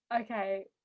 okay